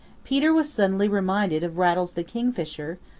peter was suddenly reminded of rattles the kingfisher,